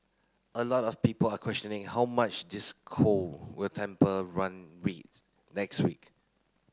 a lot of people are questioning how much this cold will temper run rates next week